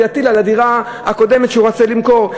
הוא יטיל על הדירה הקודמת, זו שהוא רוצה למכור.